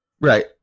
right